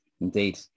Indeed